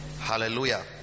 Hallelujah